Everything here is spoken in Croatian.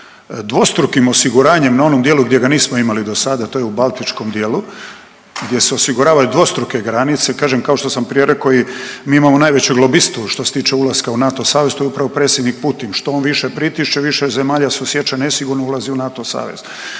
dvostrukim osiguranjem na onom dijelu gdje ga nismo imali do sada, to je u baltičkom dijelu gdje se osiguravaju dvostruke granice, kažem kao što sam prije rekao i mi imamo najvećeg lobistu što se tiče ulaska u NATO savez, to je upravo predsjednik Putin, što on više pritišće više zemalja se osjeća nesigurno i ulazi u NATO savez.